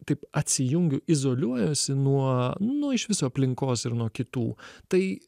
taip atsijungiu izoliuojuosi nuo nuo iš viso aplinkos ir nuo kitų tai